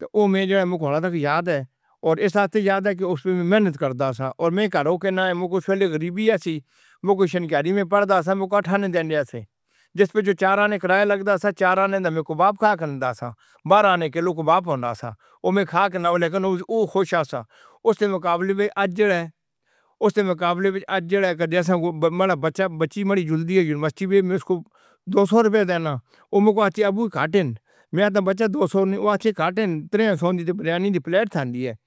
تو او مے کے حالاں اک یاد اے۔ اور اس واسطے یاد اے کے اس ویلے میں محنت کردا ساں۔ اور میں کھر کولوں کہنا اے کے اس ویلے غریبی آ سی۔ موں کوئی شنکیاری تے پڑھدا ساں میرے کولوں اٹھننے دینے آ سے۔ جس وچ دو چار آنے کرایا لگدا سا، چار آنے نا میں کباب کھا کھندا سا۔ بارہ آنے کلو کباب ہوندا سا۔ او میں کھا کے نا، لیکن میں خوش آ ساں۔ اس تے مقابلے وچ آج جیڑا اے، اس تے مقابلے وچ آج جیڑا اے، میری بچہ بچی جلدی اے یونیورسٹی وچ میں اس کو دو سوروپے دینا اے۔ او موں کو آخدے اے ابو کھٹ ہین۔ نئیں آخدےا بچا دو سو نی، او آخدی اے کھٹ ہین۔ ترے سو نی دی تے بریانی دی پلیٹ آندی اے۔